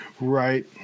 Right